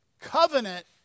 Covenant